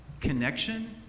connection